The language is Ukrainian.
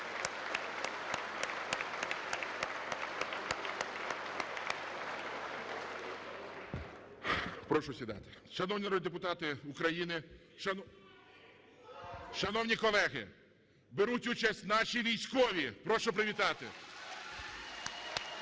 Прошу сідати. Шановні народні депутати України… Шановні колеги, беруть участь наші військові. Прошу привітати.